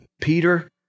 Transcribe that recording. Peter